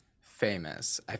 famous